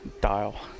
dial